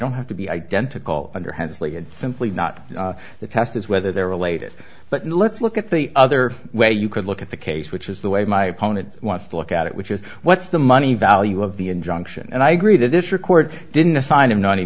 don't have to be identical under hensley and simply not the test is whether they're related but let's look at the other way you could look at the case which is the way my opponent wants to look at it which is what's the money value of the injunction and i agree that this record didn't assign him to any